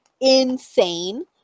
insane